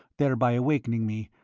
thereby awakening me,